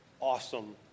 awesome